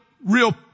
real